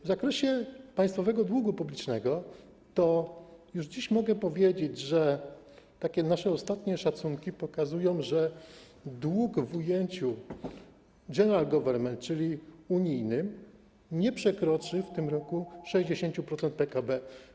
W zakresie państwowego długu publicznego już dziś mogę powiedzieć, że nasze ostatnie szacunki pokazują, że dług w ujęciu general government, czyli unijnym, nie przekroczy w tym roku 60% PKB.